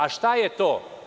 A šta je to?